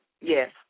Yes